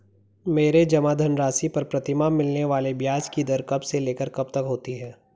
मेरे जमा धन राशि पर प्रतिमाह मिलने वाले ब्याज की दर कब से लेकर कब तक होती है?